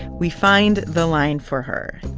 we find the line for her.